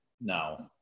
No